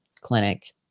clinic